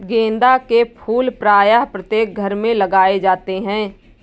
गेंदा के फूल प्रायः प्रत्येक घरों में लगाए जाते हैं